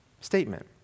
statement